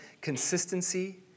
Consistency